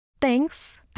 Thanks